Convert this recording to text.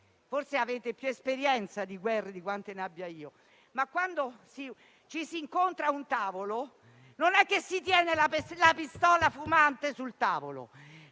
Forse avete più esperienza di guerre di quante ne abbia io, ma quando ci si incontra a un tavolo non si tiene la pistola fumante sul tavolo.